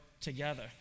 together